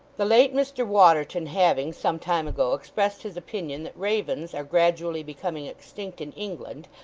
the late mr waterton having, some time ago, expressed his opinion that ravens are gradually becoming extinct in england,